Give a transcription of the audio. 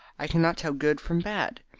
i cannot tell good from bad.